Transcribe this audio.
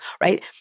right